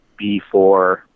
b4